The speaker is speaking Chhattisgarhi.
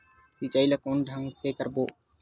सिंचाई ल कोन ढंग से करबो?